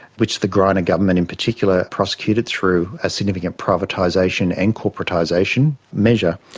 which the greiner government in particular prosecuted through a significant privatisation and corporatisation measure.